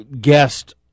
guest